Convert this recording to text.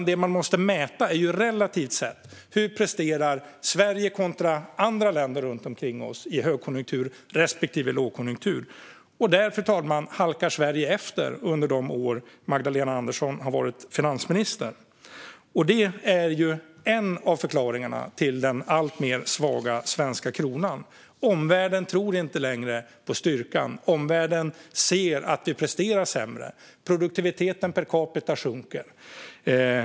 Det man måste mäta är relativt sett hur Sverige presterar kontra andra länder runt omkring oss i högkonjunktur respektive lågkonjunktur. Där har Sverige halkat efter, fru talman, under de år som Magdalena Andersson har varit finansminister. Det är en av förklaringarna till den allt svagare svenska kronan. Omvärlden tror inte längre på styrkan. Omvärlden ser att vi presterar sämre. Produktiviteten per capita sjunker.